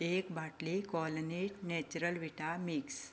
एक बाटली कॉलिनेट नॅच्युरल विटा मिक्स